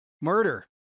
Murder